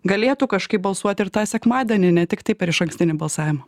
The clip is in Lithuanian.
galėtų kažkaip balsuoti ir tą sekmadienį ne tiktai per išankstinį balsavimą